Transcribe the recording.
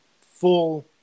full